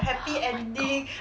oh my god